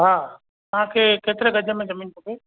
हा तव्हां खे केतिरे गज में जमीन खपे